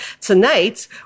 Tonight